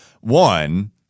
one –